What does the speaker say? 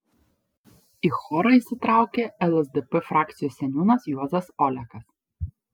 į chorą įsitraukė lsdp frakcijos seniūnas juozas olekas